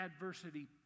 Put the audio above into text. adversity